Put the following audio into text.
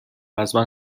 ازمن